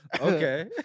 Okay